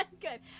Good